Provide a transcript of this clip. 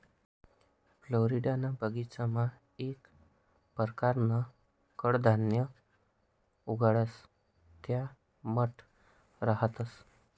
फ्लोरिडाना बगीचामा येक परकारनं कडधान्य उगाडतंस त्या मठ रहातंस